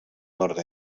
nord